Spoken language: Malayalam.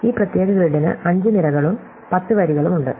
ഈ പ്രത്യേക ഗ്രിഡിന് 5 നിരകളും 10 വരികളും ഉണ്ട്